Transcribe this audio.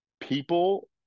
people